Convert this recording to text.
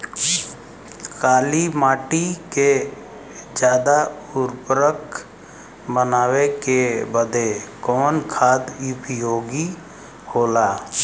काली माटी के ज्यादा उर्वरक बनावे के बदे कवन खाद उपयोगी होला?